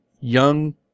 young